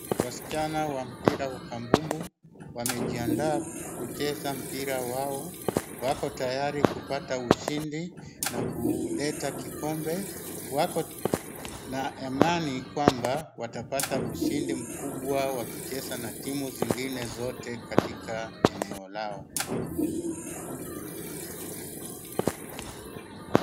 Wasichana wa mpira wa kabumbu wamejiadaa kucheza mpira wao. Wako tayari kupata ushindi na kuleta kikombe. Wako na amani kwamba watapata ushindi mkubwa wakicheza na timu zingine zote katika eneo lao.